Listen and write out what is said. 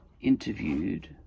interviewed